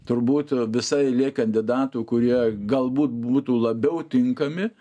turbūt visa eilė kandidatų kurie galbūt būtų labiau tinkami